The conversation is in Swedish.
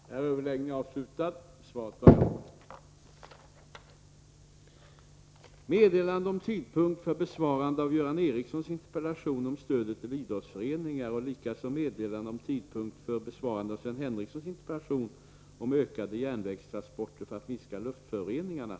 Herr talman! Jag ber att få meddela att jag på grund av stor arbetsanhop ning inte kunnat inom föreskriven tid besvara Göran Ericssons interpellation om stödet till idrottsföreningar och Sven Henricssons interpellation om ökade järnvägstransporter för att minska luftföroreningarna.